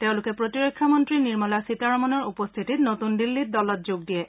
তেওঁলোকে প্ৰতিৰক্ষামন্ত্ৰী নিৰ্মলা সীতাৰমণৰ উপস্থিতিত নতুন দিল্লীত দলত যোগ দিয়ে